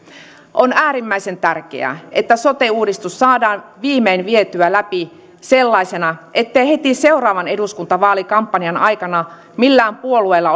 on äärimmäisen tärkeää että sote uudistus saadaan viimein vietyä läpi sellaisena ettei heti seuraavan eduskuntavaalikampanjan aikana millään puolueella